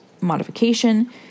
modification